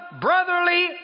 brotherly